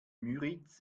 müritz